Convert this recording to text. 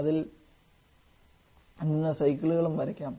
അതിൽ നിന്ന് സൈക്കിളും വരയ്ക്കാം